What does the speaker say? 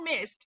missed